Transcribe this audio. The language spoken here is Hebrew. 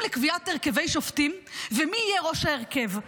לקביעת הרכבי שופטים ומי יהיה ראש ההרכב.